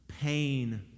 pain